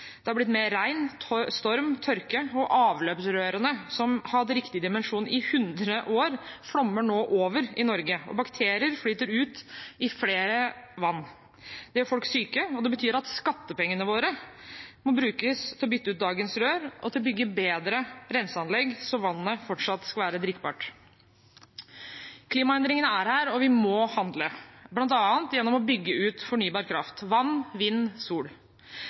Det er blitt mer regn, storm og tørke, og avløpsrørene, som har hatt riktig dimensjon i 100 år, flommer nå over i Norge, og bakterier flyter ut i flere vann. Det gjør folk syke, og det betyr at skattepengene våre må brukes til å bytte ut dagens rør og til å bygge bedre renseanlegg, så vannet fortsatt skal være drikkbart. Klimaendringene er her, og vi må handle, bl.a. gjennom å bygge ut fornybar kraft – vann, vind og sol.